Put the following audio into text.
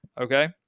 Okay